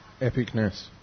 Epicness